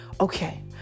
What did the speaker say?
Okay